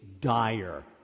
dire